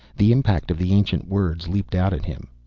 the impact of the ancient words leaped out at him.